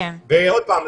ועוד פעם,